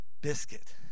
biscuit